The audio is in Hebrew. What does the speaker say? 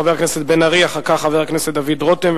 חבר הכנסת בן-ארי ואחר כך חבר הכנסת דוד רותם,